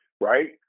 Right